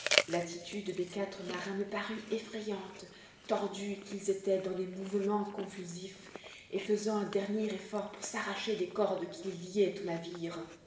l'attitude des quatre marins me parut effrayante tordus qu'ils étaient dans des mouvements convulsifs et faisant un dernier effort pour s'arracher des cordes qui les liaient au navire